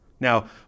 Now